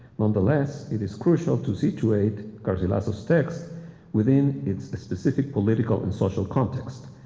nonetheless, it is crucial to situate garcilaso's text within its specific political and social context.